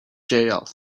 jail